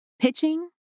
Pitching